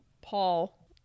Paul